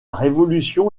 révolution